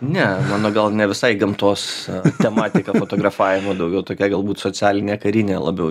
ne mano gal ne visai gamtos tematika fotografavimo daugiau tokia galbūt socialinė karinė labiau